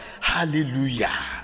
Hallelujah